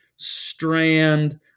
strand